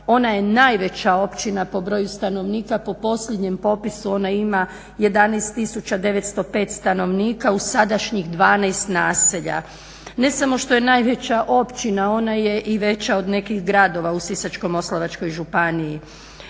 Ona je najveća općina po broju stanovnika. Po posljednjem popisu ona ima 11 tisuća 905 stanovnika u sadašnjih 12 naselja. Ne samo što je najveća općina ona je veća od nekih gradova u Sisačko-moslavačkoj županiji.